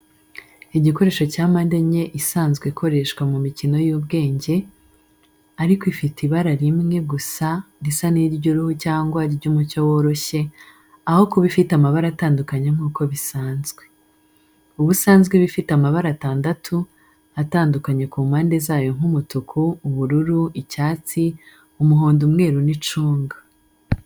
Igikoresho cya mpande enye isanzwe ikoreshwa mu mikino y’ubwenge, ariko ifite ibara rimwe gusa risa n’iry'uruhu cyangwa ry'umucyo woroshye, aho kuba ifite amabara atandukanye nk'uko bisanzwe. Ubusanzwe iba ifite amabara atandatu atandukanye ku mpande zayo nk'umutuku, ubururu, icyatsi, umuhondo, umweru n'icunga.